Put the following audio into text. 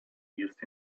used